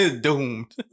doomed